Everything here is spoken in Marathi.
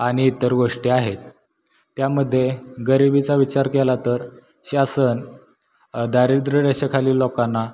आणि इतर गोष्टी आहेत त्यामध्ये गरिबीचा विचार केला तर शासन दारिद्र रेषेखालील लोकांना